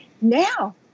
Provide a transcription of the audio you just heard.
Now-